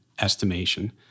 estimation